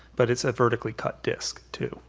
but it's a vertically cut disc, too.